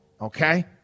Okay